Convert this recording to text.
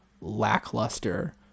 lackluster